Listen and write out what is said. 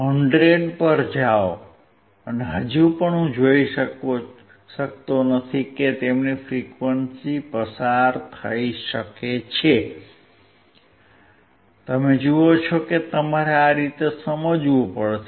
100 પર જાઓ અને હજી પણ હું જોઈ શકતો નથી કે તેમની ફ્રીક્વન્સી પસાર થઈ શકે છે તમે જુઓ છો કે તમારે આ રીતે સમજવું પડશે